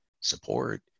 support